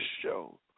show